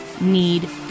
need